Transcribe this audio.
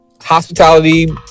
hospitality